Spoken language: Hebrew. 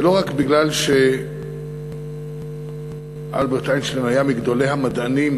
ולא רק מפני שאלברט איינשטיין היה מגדולי המדענים